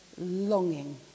longing